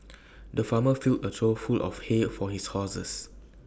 the farmer filled A trough full of hay for his horses